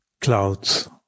clouds